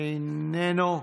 איננו,